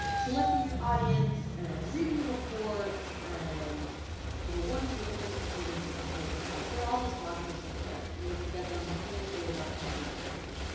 selecting your audience and reading the reports, and you know what is the difference between these different types of ads. they're all just blog posts over there. and you can get them totally free without signing up for anything.